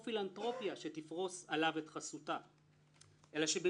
אני אף פעם לא עושה הצבעות בלי שחברי הוועדה יודעים